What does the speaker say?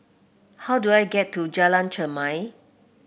how do I get to Jalan Chermai